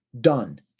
done